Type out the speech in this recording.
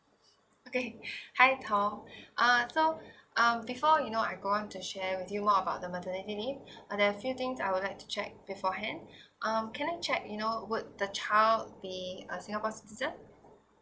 okay hi thor uh so uh before you know I go on to share with you more about the maternity leave uh there're few thing I would like to check beforehand um can I check you know would the child be a singapore citizen